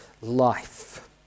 life